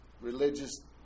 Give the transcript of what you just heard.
religious